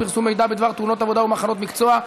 פרסום מידע בדבר תאונות עבודה ומחלות מקצוע),